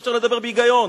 אי-אפשר לדבר בהיגיון.